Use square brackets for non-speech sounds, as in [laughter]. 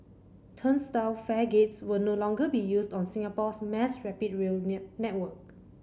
turnstile fare gates will no longer be used on Singapore's mass rapid rail [unintelligible] network